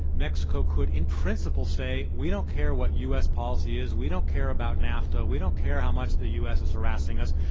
mexico could, in principle, say we don't care what u. s. policy is. we don't care about nafta. we don't care how much the u. s. is harassing us.